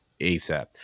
ASAP